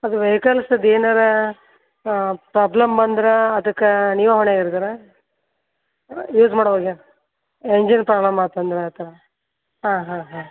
ಅದು ವೆಹಿಕಲ್ಸದು ಏನಾದ್ರು ಪ್ರಾಬ್ಲಮ್ ಬಂದ್ರೆ ಅದಕ್ಕೆ ನೀವೇ ಹೊಣೆ ಇರ್ತೀರ ಯೂಸ್ ಮಾಡೋವಾಗ ಎಂಜಿನ್ ಪ್ರಾಬ್ಲಮ್ ಆಯ್ತಂದ್ರೆ ಆ ಥರ ಹಾಂ ಹಾಂ ಹಾಂ